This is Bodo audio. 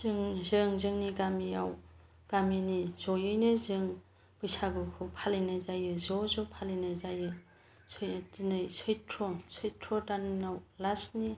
जों जोंनि गामिआव गामिनि ज'यैनो जों बैसागुखौ फालिनाय जायो ज' ज' फालिनाय जायो से दिनै सैत्र' सैत्र' दानाव लास्टनि